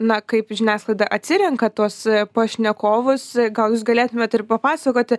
na kaip žiniasklaida atsirenka tuos pašnekovus gal jūs galėtumėt ir papasakoti